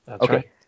okay